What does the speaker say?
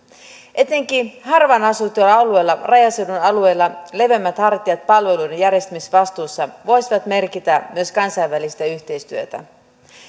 etenkin harvaan asutuilla alueilla rajaseudun alueilla leveämmät hartiat palveluiden järjestämisvastuussa voisivat merkitä myös kansainvälistä yhteistyötä